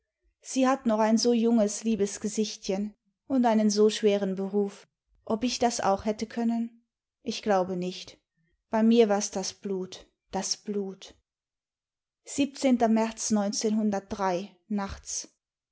sie hat noch ein so junges liebes gesichtchen und einen so schweren beruf ob ich das auch hätte können ich glaube nicht bei mir war s das blut das blut märz